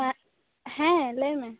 ᱦᱮᱸᱜ ᱦᱮᱸ ᱞᱟᱹᱭᱢᱮ